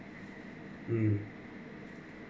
mm